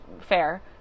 fair